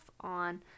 on